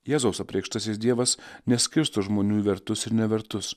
jėzaus apreikštasis dievas neskirsto žmonių į vertus ir nevertus